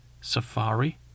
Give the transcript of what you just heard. safari